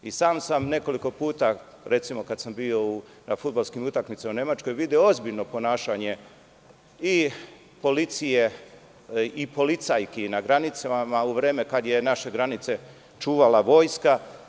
I sam nekoliko puta, recimo kada sam bio na fudbalskim utakmicama u Nemačkoj, video ozbiljno ponašanje i policije i policajki na granicama u vreme kada je naše granice čuvala vojska.